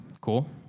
cool